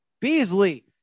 Beasley